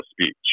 speech